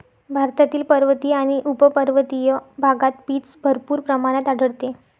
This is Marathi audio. भारतातील पर्वतीय आणि उपपर्वतीय भागात पीच भरपूर प्रमाणात आढळते